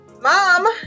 Mom